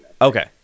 okay